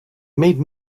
made